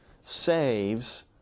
saves